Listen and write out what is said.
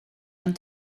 ond